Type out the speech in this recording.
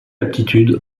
aptitude